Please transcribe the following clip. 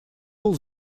был